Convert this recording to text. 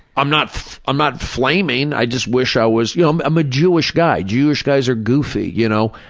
i'm not i'm not flaming, i just wish i was yeah um i'm a jewish guy. jewish guys are goofy, you know,